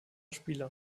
spieler